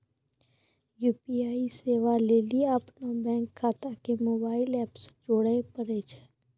UPI सेबा लेली अपनो बैंक खाता के मोबाइल एप से जोड़े परै छै